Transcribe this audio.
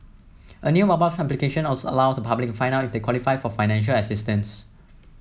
a new mobile application allows the public to find out if they qualify for financial assistance